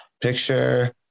picture